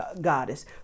goddess